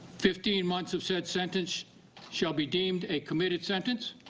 fifteen months of said sentence shall be deemed a committed sentence.